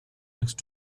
next